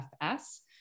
FS